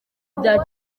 bya